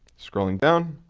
scrolling down.